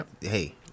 hey